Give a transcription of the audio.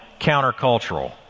countercultural